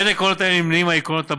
בין עקרונות אלה נמנים העקרונות שלהלן,